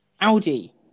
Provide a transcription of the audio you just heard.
audi